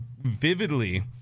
vividly